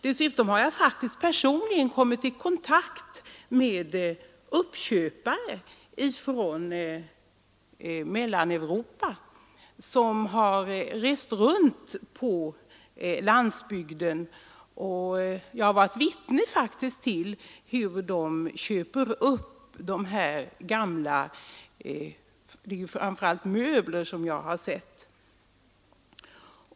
Dessutom har jag personligen kommit i kontakt med uppköpare från Mellaneuropa som har rest runt på landsbygden. Jag har faktiskt varit vittne till uppköp av detta slag, framför allt av gamla möbler.